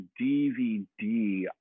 DVD